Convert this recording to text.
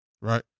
right